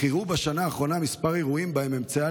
אך אירעו בשנה האחרונה כמה אירועים שבהם אמצעי